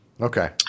Okay